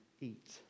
eat